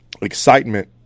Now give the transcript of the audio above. excitement